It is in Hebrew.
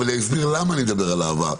ואני אסביר למה אני מדבר על העבר,